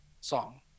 song